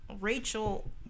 Rachel